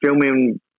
filming